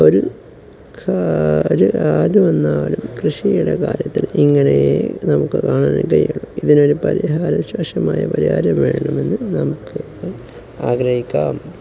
ഒരു ഒരു ആരു വന്നാലും കൃഷിയുടെ കാര്യത്തിൽ ഇങ്ങനെയേ നമുക്കു കാണാൻ കഴിയുകയുള്ളൂ ഇതിനൊരു പരിഹാരം ശാശ്വതമായ പരിഹാരം വേണമെന്നു നമുക്ക് ആഗ്രഹിക്കാം